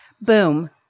boom